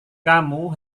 kamu